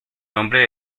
nombre